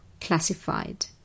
classified